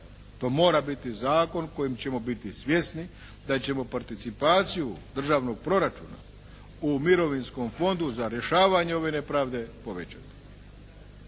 To mora biti zakon kojim ćemo biti svjesni da ćemo participaciju državnog proračuna u mirovinskom fondu za rješavanje ove nepravde povećati.